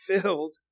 filled